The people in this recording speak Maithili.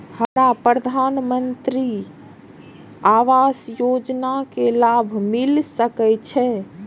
हमरा प्रधानमंत्री आवास योजना के लाभ मिल सके छे?